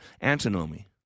Antinomy